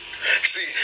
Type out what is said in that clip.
see